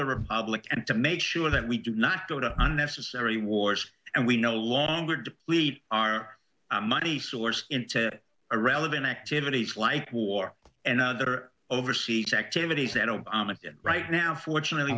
the republic and to make sure that we do not go to unnecessary wars and we no longer deplete our money source into a relevant activities like war and other overseas activities that obama right now fortunately